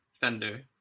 Fender